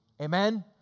Amen